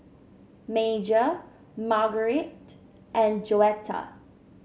Major Margarite and Joetta